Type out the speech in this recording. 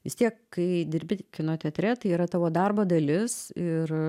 vis tiek kai dirbi kino teatre tai yra tavo darbo dalis ir